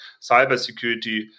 cybersecurity